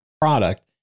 product